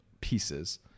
pieces